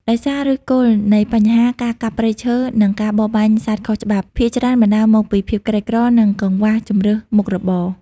ដោយសារ ឬសគល់នៃបញ្ហាការកាប់ព្រៃឈើ និងការបរបាញ់សត្វខុសច្បាប់ ភាគច្រើនបណ្តាលមកពីភាពក្រីក្រ និងកង្វះជម្រើសមុខរបរ។